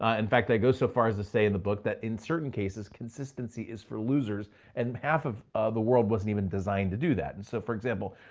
ah in fact, i go so far as to say in the book that in certain cases consistency is for losers and half of the world wasn't even designed to do that. and so for example,